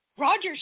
Roger